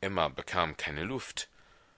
emma bekam keine luft